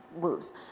moves